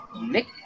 Nick